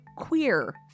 queer